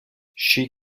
she